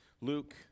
Luke